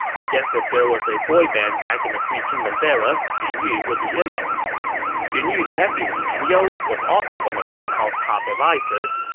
i guess if there was a boy band back in the three kingdoms era, xun yu would be in it xun yu's nephew xun you was also one of cao cao's top advisers.